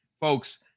folks